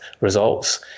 results